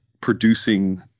producing